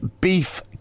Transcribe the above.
beef